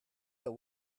but